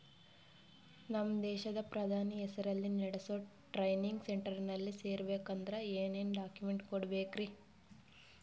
ನಮ್ಮ ದೇಶದ ಪ್ರಧಾನಿ ಹೆಸರಲ್ಲಿ ನೆಡಸೋ ಟ್ರೈನಿಂಗ್ ಸೆಂಟರ್ನಲ್ಲಿ ಸೇರ್ಬೇಕಂದ್ರ ಏನೇನ್ ಡಾಕ್ಯುಮೆಂಟ್ ಕೊಡಬೇಕ್ರಿ?